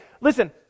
listen